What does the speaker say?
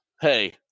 Hey